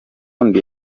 ndi